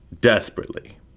desperately